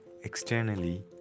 externally